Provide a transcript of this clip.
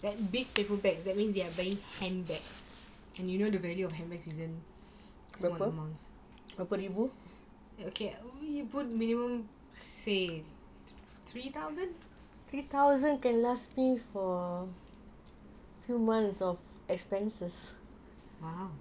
they are big paper bags that means they are handbags and you know the value of handbags is in not small amount okay we put minimum say three thousand !wow!